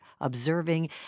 observing